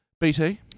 BT